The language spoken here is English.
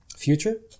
Future